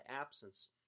absence